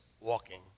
walking